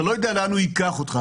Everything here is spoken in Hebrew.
אתה לא יודע לאן הוא ייקח אותך.